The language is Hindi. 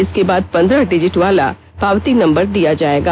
इसके बाद पन्द्रह डिजिट वाला पावती नम्बर दिया जाएगा